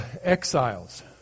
exiles